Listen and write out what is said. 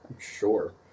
Sure